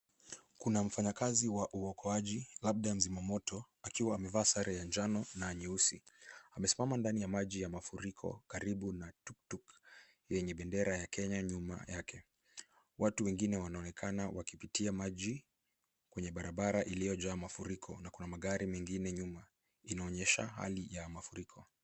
Kuna mfanyikazi wa uokoaji, labda mzima moto, akiwa amevaa sare ya njano na nyeusi. Amesimama ndani ya maji ya mafuriko karibu na tuktuk , yenye bendera ya Kenya nyuma yake. Watu wengine wanaonekana wakipitia maji kwenye barabara iliyojaa mafuriko , na kuna magari mengine nyuma. Inaonyesha hali ya mafuriko.